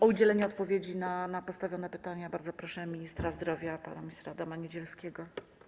O udzielenie odpowiedzi na postawione pytania bardzo proszę ministra zdrowia pana Adama Niedzielskiego.